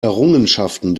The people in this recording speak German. errungenschaften